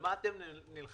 מה אתם נלחמים?